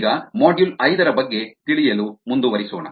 ಈಗ ಮಾಡ್ಯೂಲ್ ಐದರ ಬಗ್ಗೆ ತಿಳಿಯಲು ಮುಂದುವರಿಸೋಣ